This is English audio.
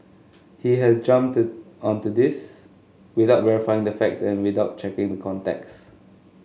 he has jumped did onto this without verifying the facts and without checking the contexts